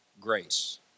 grace